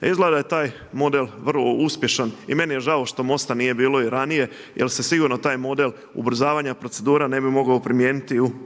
A izgleda da je taj model vrlo uspješan i meni je žao što MOST-a nije bilo i ranije jer se sigurno taj model ubrzavanja procedura ne bi mogao primijeniti u drugim